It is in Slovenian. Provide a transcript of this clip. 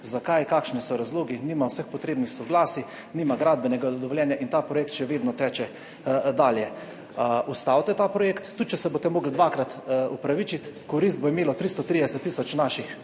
zakaj, kakšni so razlogi. Nima vseh potrebnih soglasij, nima gradbenega dovoljenja in ta projekt še vedno teče dalje. Ustavite ta projekt, tudi če se boste morali dvakrat opravičiti, korist bo imelo 330 tisoč naših